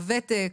הוותק,